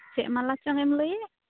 ᱪᱮᱫ ᱢᱟᱞᱟ ᱪᱚᱝᱮᱢ ᱞᱟᱹᱭᱮᱫ